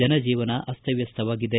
ಜನಜೀವನ ಅಸ್ತವ್ಯಸ್ತವಾಗಿದೆ